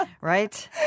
right